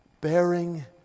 bearing